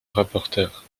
rapporteur